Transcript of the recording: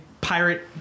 pirate